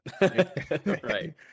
Right